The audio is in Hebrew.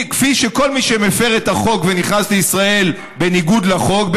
בדיוק כפי שכל מי שמפר את החוק ונכנס לישראל בניגוד לחוק,